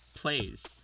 plays